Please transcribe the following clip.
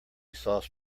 sauce